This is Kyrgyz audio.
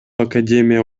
академия